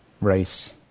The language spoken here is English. race